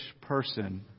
person